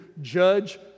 judge